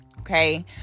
okay